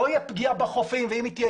לא תהיה פגיעה בחופים ואם היא תהיה,